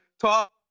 talk